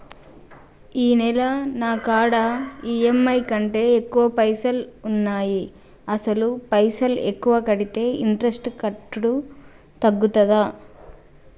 ఈ నెల నా కాడా ఈ.ఎమ్.ఐ కంటే ఎక్కువ పైసల్ ఉన్నాయి అసలు పైసల్ ఎక్కువ కడితే ఇంట్రెస్ట్ కట్టుడు తగ్గుతదా?